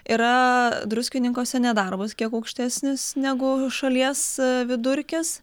yra druskininkuose nedarbas kiek aukštesnis negu šalies vidurkis